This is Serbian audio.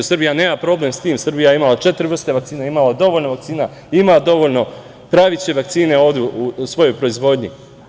Srbija nema problem sa tim, Srbija je imala četiri vrste vakcina, imala dovoljno vakcina, ima dovoljno, praviće vakcine ovde u svojoj proizvodnji.